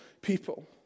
people